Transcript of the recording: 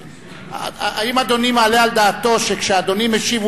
האם אדוני מעלה על דעתו שכשאדוני משיב,